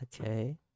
Okay